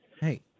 Hey